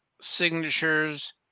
Signatures